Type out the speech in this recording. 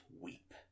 weep